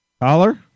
Caller